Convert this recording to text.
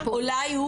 כלומר,